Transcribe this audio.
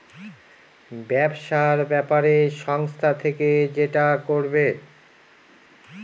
ব্যবসার ব্যাপারে সংস্থা থেকে যেটা করবে